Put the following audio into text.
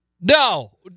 No